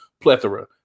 plethora